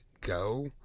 go